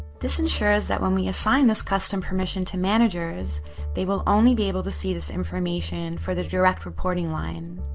this ensures that when we assign this custom permission to managers they will only be able to see this information for their direct reporting line.